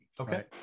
Okay